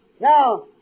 Now